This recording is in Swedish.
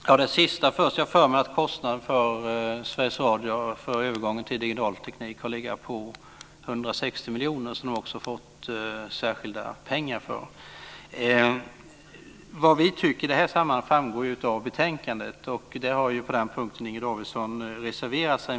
Fru talman! Jag tar det sista först. Jag har för mig att kostnaden för Sveriges Radio för övergången till digital teknik har legat på 160 miljoner, vilket man också har fått särskilda pengar för. Vad vi tycker i det här sammanhanget framgår av betänkandet. På den här punkten har Inger Davidson reserverat sig.